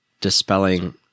dispelling